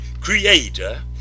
creator